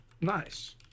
nice